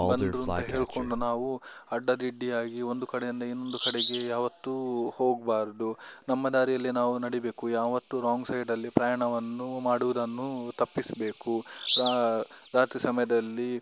ಬಂದರು ಅಂತ ಹೇಳಿಕೊಂಡು ನಾವು ಅಡ್ಡಾದಿಡ್ಡಿಯಾಗಿ ಒಂದು ಕಡೆಯಿಂದ ಇನ್ನೊಂದು ಕಡೆಗೆ ಯಾವತ್ತೂ ಹೋಗಬಾರ್ದು ನಮ್ಮ ದಾರಿಯಲ್ಲೆ ನಾವು ನಡಿಬೇಕು ಯಾವತ್ತು ರಾಂಗ್ ಸೈಡಲ್ಲಿ ಪ್ರಯಾಣವನ್ನು ಮಾಡುವುದನ್ನು ತಪ್ಪಿಸಬೇಕು ರಾತ್ರಿ ಸಮಯದಲ್ಲಿ